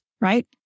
Right